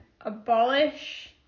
abolish